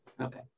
okay